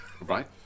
Right